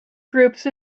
groups